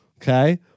Okay